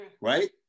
right